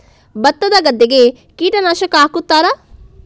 ಭತ್ತದ ಗದ್ದೆಗೆ ಕೀಟನಾಶಕ ಹಾಕುತ್ತಾರಾ?